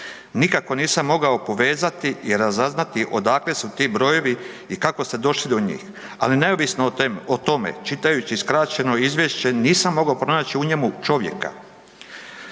Nikako nisam mogao povezati i razaznati odakle su ti brojevi i kako ste došli do njih, ali neovisno o tome, čitajući skraćeno izvješće, nisam mogao pronaći u njemu čovjeka.